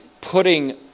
putting